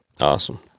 Awesome